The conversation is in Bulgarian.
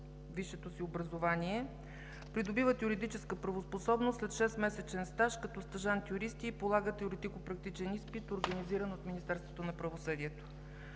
висшето си образование, придобиват юридическа правоспособност след шестмесечен стаж като стажант-юристи и полагат теоретико-практичен изпит, организиран от Министерството на правосъдието.